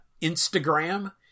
Instagram